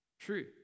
True